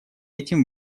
этим